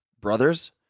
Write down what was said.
brothers